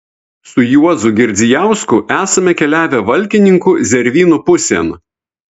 su juozu girdzijausku esame keliavę valkininkų zervynų pusėn